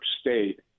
State